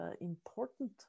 important